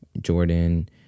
jordan